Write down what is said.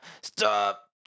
Stop